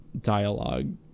dialogue